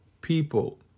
people